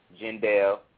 Jindal